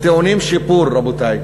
טעונים שיפור, רבותי.